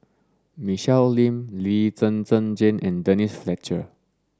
Michelle Lim Lee Zhen Zhen Jane and Denise Fletcher